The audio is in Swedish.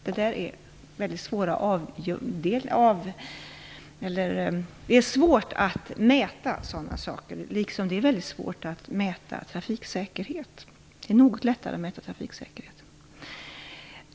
Det är svårt att mäta sådana saker, liksom det är svårt att mäta trafiksäkerhet - det är något lättare att mäta trafiksäkerhet.